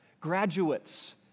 Graduates